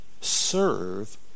serve